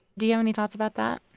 do you have any thoughts about that?